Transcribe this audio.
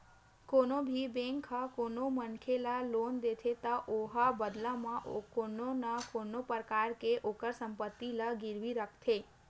कोनो भी बेंक ह कोनो मनखे ल लोन देथे त ओहा बदला म कोनो न कोनो परकार ले ओखर संपत्ति ला गिरवी रखथे